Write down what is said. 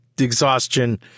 exhaustion